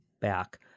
back